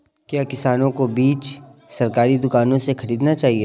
क्या किसानों को बीज सरकारी दुकानों से खरीदना चाहिए?